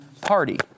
party